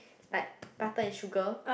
like butter and sugar